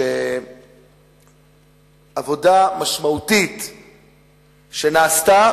שעבודה משמעותית שנעשתה,